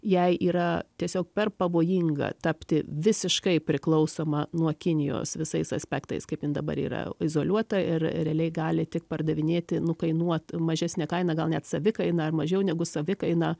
jai yra tiesiog per pavojinga tapti visiškai priklausoma nuo kinijos visais aspektais kaip jin dabar yra izoliuota ir realiai gali tik pardavinėti nukainuot mažesne kaina gal net savikaina ar mažiau negu savikaina